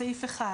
בסעיף 1